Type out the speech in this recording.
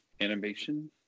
animation